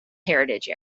heritage